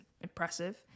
impressive